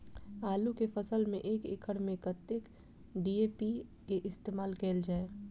आलु केँ फसल मे एक एकड़ मे कतेक डी.ए.पी केँ इस्तेमाल कैल जाए?